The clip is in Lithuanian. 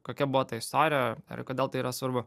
kokia buvo ta istorija ir kodėl tai yra svarbu